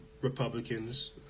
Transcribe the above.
Republicans